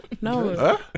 No